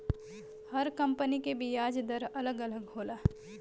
हर company के बियाज दर अलग अलग होला